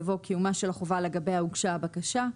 יבוא "קיומה של החובה לגביה הוגשה הבקשה".